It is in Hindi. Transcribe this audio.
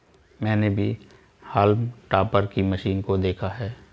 मैंने भी हॉल्म टॉपर की मशीन को देखा है